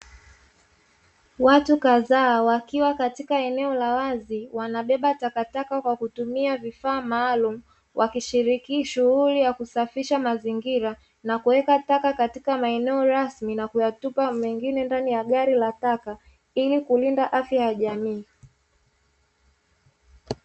Watu kadhaa wakiwa katika eneo la wazi, wanabeba takataka kwa kutumia vifaa maalumu, wakishiriki shughuli ya kusafisha mazingira, na kuweka taka katika maeneo rasmi, na kuyatupa mengine ndani ya gari la taka, ili kulinda afya ya jamii.